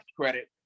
credit